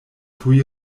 tuj